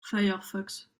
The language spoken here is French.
firefox